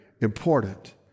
important